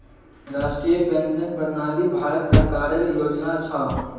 राष्ट्रीय पेंशन प्रणाली भारत सरकारेर योजना छ